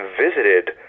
visited